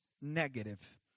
negative